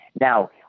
Now